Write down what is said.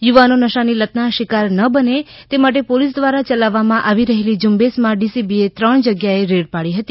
યુવાનો નશાની લતના શિકાર ન બને તે માટે પોલીસ દ્વારા યલાવવામાં આવી રહેલી ઝુંબેશમાં ડીસીબીએ ત્રણ જગ્યાએ રેડ પાડી હતી